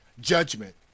Judgment